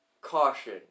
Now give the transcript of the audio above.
Caution